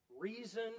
reason